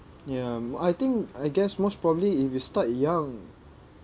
ya mm I think I guess most probably if you start young